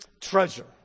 treasure